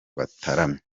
bataramye